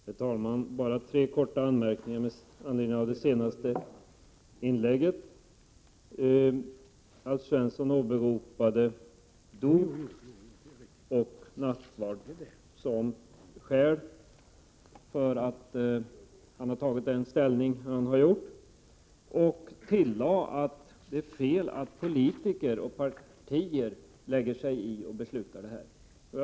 Herr talman! Bara ett par korta anmärkningar med anledning av det senaste inlägget. Alf Svensson åberopade dop och nattvard som skäl för att han har tagit den ställning han har gjort och tillade att det är fel att politiker och partier lägger sig i och beslutar om sådana saker.